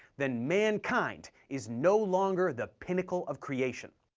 then mankind is no longer the pinnacle of creation.